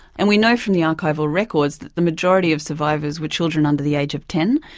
and we know from the archival records that the majority of survivors were children under the age of ten.